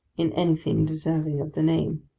in anything, deserving of the name.